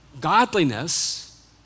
Godliness